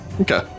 Okay